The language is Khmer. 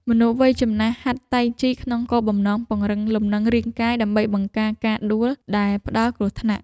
មនុស្សវ័យចំណាស់ហាត់តៃជីក្នុងគោលបំណងពង្រឹងលំនឹងរាងកាយដើម្បីបង្ការការដួលដែលផ្ដល់គ្រោះថ្នាក់។